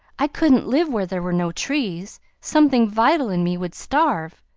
i couldn't live where there were no trees something vital in me would starve.